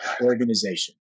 organization